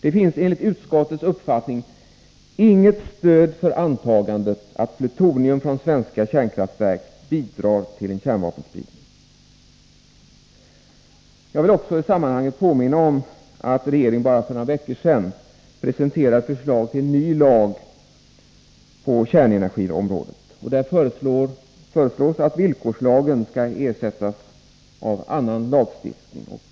Det finns enligt utskottets uppfattning inget stöd för antagandet att plutonium från svenska kärnkraftverk bidrar till en kärnvapenspridning. Jag får också i sammanhanget påminna om att regeringen för några veckor sedan presenterade ett förslag till ny lag på kärnenergiområdet. Där föreslås att villkorslagen skall ersättas av annan lagstiftning.